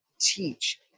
teach